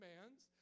commands